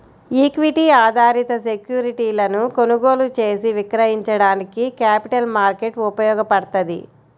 equity ఆధారిత సెక్యూరిటీలను కొనుగోలు చేసి విక్రయించడానికి క్యాపిటల్ మార్కెట్ ఉపయోగపడ్తది